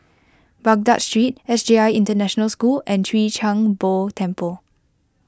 Baghdad Street S J I International School and Chwee Kang Beo Temple